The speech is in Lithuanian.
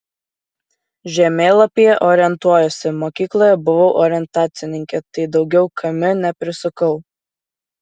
žemėlapyje orientuojuosi mokykloje buvau orientacininkė tai daugiau km neprisukau